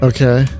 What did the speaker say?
Okay